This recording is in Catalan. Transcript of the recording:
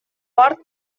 port